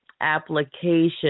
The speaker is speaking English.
application